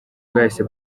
bwahise